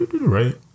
right